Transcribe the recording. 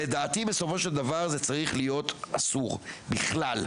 לדעתי בסופו של דבר זה צריך להיות אסור, בכלל.